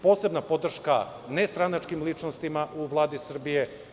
Posebna podrška nestranačkim ličnostima u Vladi Srbije.